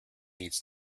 needs